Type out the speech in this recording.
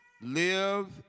Live